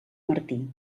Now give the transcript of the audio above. martí